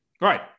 Right